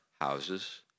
houses